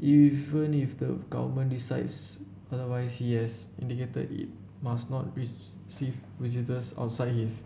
even if the government decides otherwise he has indicated it must not receive visitors outside his